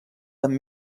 amb